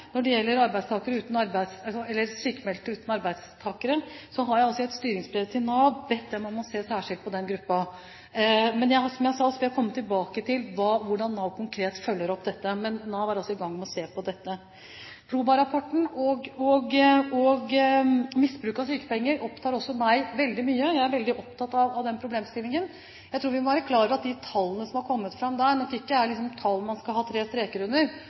gjelder sykmeldte uten arbeidsgivere. Jeg har i et styringsbrev til Nav bedt dem særskilt se på den gruppen. Men som jeg sa, skal jeg komme tilbake til hvordan Nav konkret følger opp dette. Men Nav er altså i gang med å se på det. Proba-rapporten om misbruk av sykepenger opptar også meg veldig mye. Jeg er veldig opptatt av den problemstillingen. Jeg tror vi må være klar over at de tallene som har kommet fram der, nok ikke er tall man skal sette tre streker under